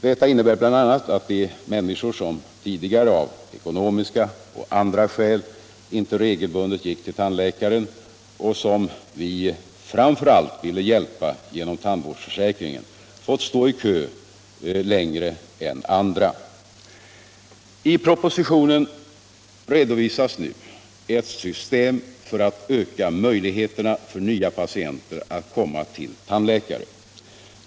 Detta innebär bl.a. att de människor som tidigare av ekonomiska och andra skäl inte regelbundet gick till tandläkaren och som vi framför allt ville hjälpa genom tandvårdsförsäkringen fått stå i kö längre än andra. I propositionen redovisas nu ett system för att öka möjligheterna för nya patienter att komma till tandläkare.